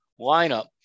lineup